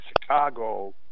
Chicago